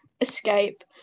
escape